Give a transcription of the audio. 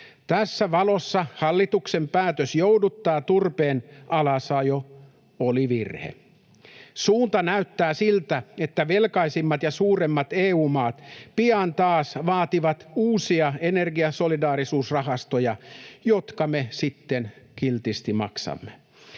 Tässä valossa hallituksen päätös jouduttaa turpeen alasajoa oli virhe. Suunta näyttää siltä, että velkaisemmat ja suuremmat EU-maat pian taas vaativat uusia energiasolidaarisuusrahastoja, jotka me sitten kiltisti maksamme.